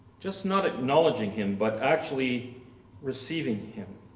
just not acknowledging him but actually receiving him.